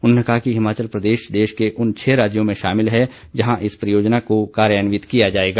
उन्होंने कहा कि हिमाचल प्रदेश देश के उन छह राज्यों में शामिल है जहां इस परियोजना को कार्यान्वित किया जाएगा